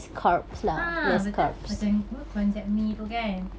ah betul macam apa konjac mee tu kan